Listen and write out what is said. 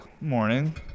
morning